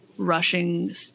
rushing